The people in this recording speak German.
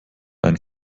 einen